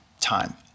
time